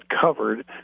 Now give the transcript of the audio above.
covered